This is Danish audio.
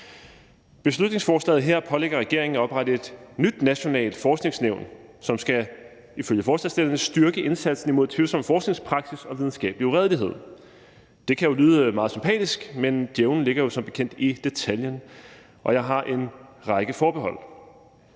Beslutningsforslaget her pålægger regeringen at oprette et nyt nationalt forskningsnævn, som ifølge forslagsstillerne skal styrke indsatsen imod tvivlsom forskningspraksis og videnskabelig uredelighed. Det kan jo lyde meget sympatisk, men djævlen ligger jo som bekendt i detaljen, og jeg har en række forbehold.